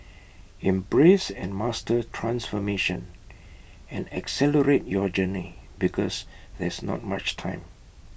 embrace and master transformation and accelerate your journey because there's not much time